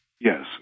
Yes